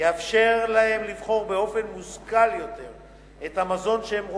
תאפשר להם לבחור באופן מושכל יותר את המזון שהם רוכשים,